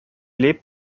lebt